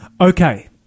Okay